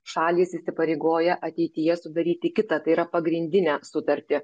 šalys įsipareigoja ateityje sudaryti kitą tai yra pagrindinę sutartį